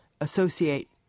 associate